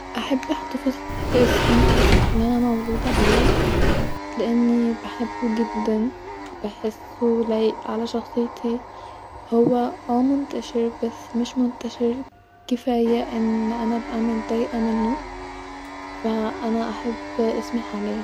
احب احتفظ باسمي الي انا مولوده بيه-لاني بحبو جدا-بحسو لايق علي شخصيتي-هو اه منتشر-بس مش منتشر كفايه اني ابقي مدايقه منو-فا انا احب اسمي حاليا